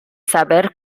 saber